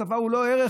צבא הוא כבר לא ערך,